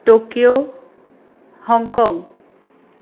Tokyo Hong Kong